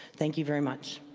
thank you very much.